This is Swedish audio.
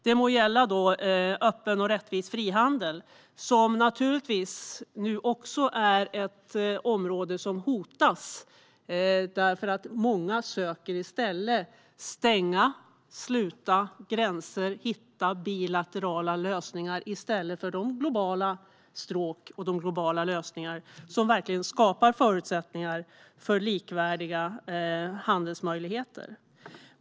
De må gälla öppen och rättvis frihandel, som nu är ett område som hotas. Många söker stänga, sluta gränser och hitta bilaterala lösningar i stället för de globala lösningar som verkligen skapar förutsättningar för likvärdiga handelsmöjligheter.